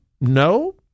No